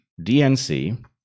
DNC